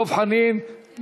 דב חנין.